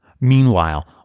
Meanwhile